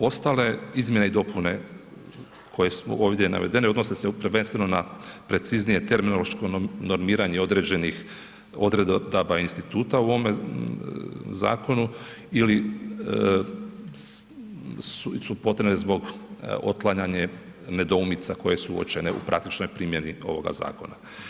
Ostale izmjene i dopune koje su ovdje navedene odnose se prvenstveno na preciznije terminološko normiranje određenih odredaba instituta u ovome zakonu ili su potrebne zbog otklanjanja nedoumica koje su uočene u praktičnoj primjeni ovoga zakona.